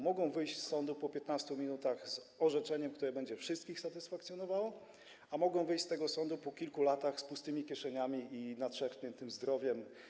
Mogą wyjść z sądu po 15 minutach z orzeczeniem, które będzie wszystkich satysfakcjonowało, a mogą wyjść z tego sądu po kilku latach z pustymi kieszeniami i nadszarpniętym zdrowiem.